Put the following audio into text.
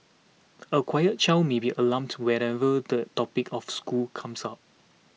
a quiet child may be alarmed to whenever the topic of school comes up